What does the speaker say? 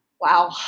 Wow